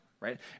right